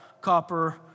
copper